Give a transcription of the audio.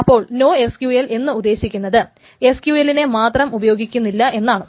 അപ്പോൾ NoSQL എന്ന് ഉദ്ദേശിക്കുന്നത് SQLനെ മാത്രം ഉപയോഗിക്കുന്നില്ല എന്നാണ്